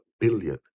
Billion